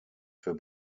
für